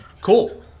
Cool